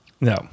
No